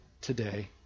today